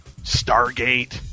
Stargate